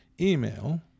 email